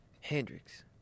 Hendrix